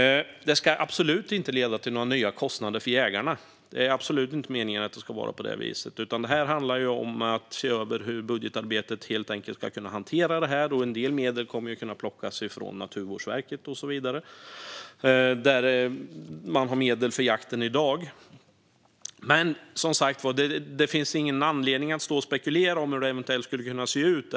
Det ska absolut inte leda till nya kostnader för jägarna. Det är inte meningen. Det handlar om att se över hur man ska kunna hantera det i budgetarbetet. En del medel kommer att kunna plockas från Naturvårdsverket och så vidare. De får medel för jakten i dag. Det finns som sagt ingen anledning att stå och spekulera om hur det eventuellt skulle kunna se ut.